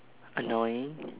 annoying